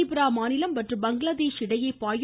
திரிடுரா மாநிலம் மற்றும் பங்களாதேஷ் இடையே பாயும்